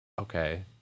okay